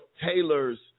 Taylor's